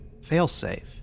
Failsafe